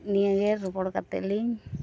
ᱱᱤᱭᱟᱹᱜᱮ ᱨᱚᱯᱚᱲ ᱠᱟᱛᱮᱫ ᱞᱤᱧ